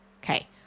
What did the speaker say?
okay